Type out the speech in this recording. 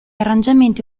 arrangiamenti